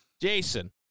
Jason